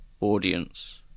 audience